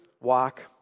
walk